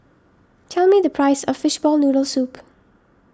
tell me the price of Fishball Noodle Soup